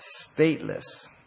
stateless